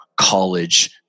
college